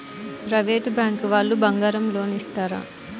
Private bank వాళ్ళు బంగారం loan ఇస్తారా?